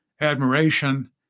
admiration